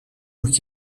moet